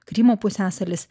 krymo pusiasalis